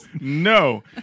no